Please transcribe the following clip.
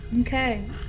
Okay